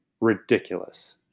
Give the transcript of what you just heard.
ridiculous